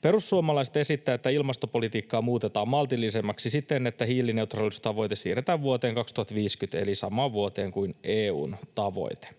Perussuomalaiset esittää, että ilmastopolitiikkaa muutetaan maltillisemmaksi siten, että hiilineutraalisuustavoite siirretään vuoteen 2050 eli samaan vuoteen kuin EU:n tavoite.